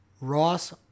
Ross